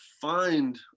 find